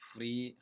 Free